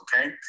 okay